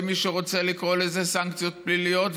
למי שרוצה לקרוא לזה סנקציות פליליות,